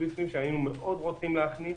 שהיינו מאוד רוצים להכניס,